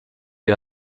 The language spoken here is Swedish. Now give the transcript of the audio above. dig